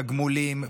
תגמולים,